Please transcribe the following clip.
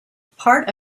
part